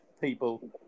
people